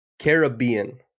Caribbean